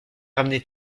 ramener